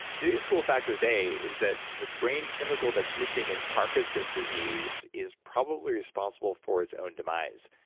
today's cool fact of the day is that the brain chemical that's missing in parkinson's disease is probably responsible for its own demise.